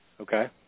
Okay